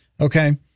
okay